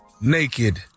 Naked